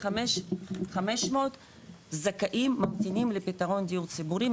25,500 זכאים ממתינים לפתרון דיור ציבורי,